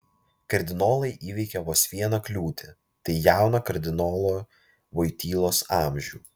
kardinolai įveikė vos vieną kliūtį tai jauną kardinolo voitylos amžių